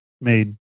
made